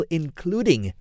including